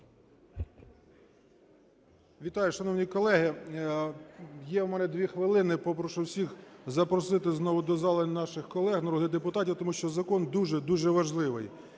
Вітаю, шановні колеги. Є в мене 2 хвилини. Попрошу всіх запросити знову до зали наших колег народних депутатів, тому що закон дуже-дуже важливий.